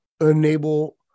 enable